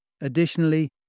Additionally